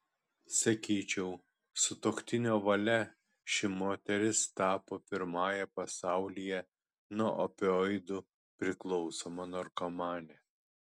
sakyčiau sutuoktinio valia ši moteris tapo pirmąja pasaulyje nuo opioidų priklausoma narkomane